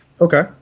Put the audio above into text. Okay